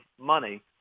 money